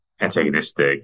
antagonistic